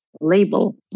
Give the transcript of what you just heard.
Label